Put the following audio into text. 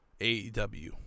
AEW